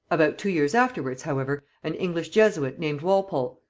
about two years afterwards, however, an english jesuit named walpole,